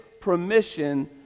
permission